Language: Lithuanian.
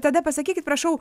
tada pasakykit prašau